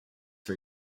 for